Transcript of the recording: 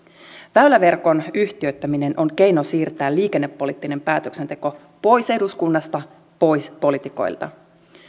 väyläverkon yhtiöittäminen on keino siirtää liikennepoliittinen päätöksenteko pois eduskunnasta pois poliitikoilta